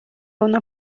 una